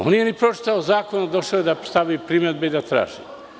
On nije ni pročitao zakon, a došao je da stavi primedbe i da traži.